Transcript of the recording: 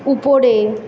উপরে